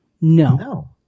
No